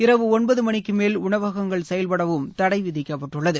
இரவு ஒன்பது மணிக்கு மேல் உணவகங்கள் செயல்படவும் தடை விதிக்கப்பட்டுள்ளது